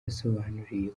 yabasobanuriye